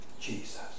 Jesus